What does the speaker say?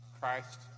Christ